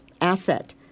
asset